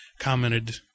commented